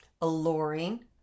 alluring